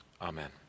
Amen